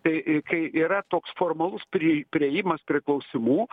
tai kai yra toks formalus pri priėjimas prie klausimų